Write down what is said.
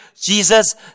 Jesus